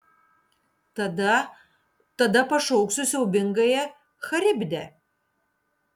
tada tada pašauksiu siaubingąją charibdę